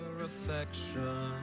affection